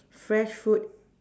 fresh fruit